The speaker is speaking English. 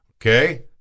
Okay